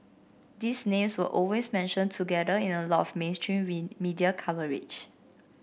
these names were always mentioned together in a lot of mainstream media coverage